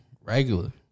Regular